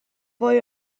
fwy